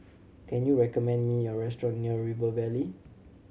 can you recommend me a restaurant near River Valley